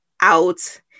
out